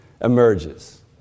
emerges